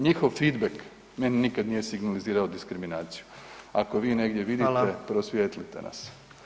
Njihov feedback meni nikad nije signalizirao diskriminaciju, ako vi negdje vidite [[Upadica: Hvala.]] prosvijetlite nas.